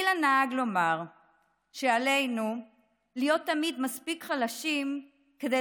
אילן נהג לומר שעלינו להיות תמיד מספיק חלשים כדי